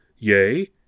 Yea